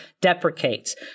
deprecates